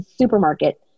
supermarket